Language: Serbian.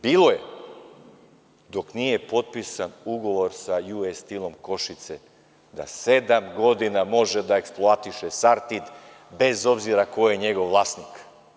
Bilo je, dok nije potpisan ugovor sa US Steel-om Košice, da sedam godina može da eksploatiše „Sartid“, bez obzira ko je njegov vlasnik.